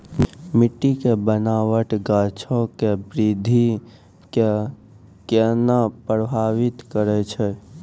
मट्टी के बनावट गाछो के वृद्धि के केना प्रभावित करै छै?